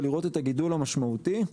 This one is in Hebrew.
ולראות את הגידול המשמעותי.